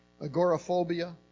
agoraphobia